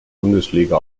bundesliga